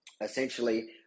essentially